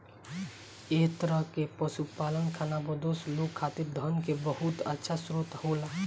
एह तरह के पशुपालन खानाबदोश लोग खातिर धन के बहुत अच्छा स्रोत होला